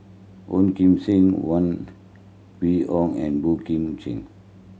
Ong Kim Seng Huang Wenhong and Boey Kim Cheng